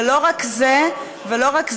ולא רק זה, ולא רק זה,